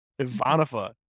Ivanova